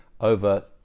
over